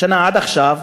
עד עכשיו,